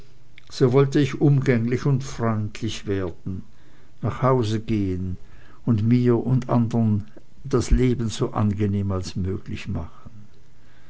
so wolle ich umgänglich und freundlich werden nach hause gehen und mir und andern das leben so angenehm als möglich machen